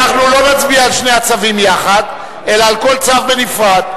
אנחנו לא נצביע על שני הצווים יחד אלא על כל צו בנפרד.